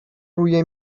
روی